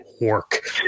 work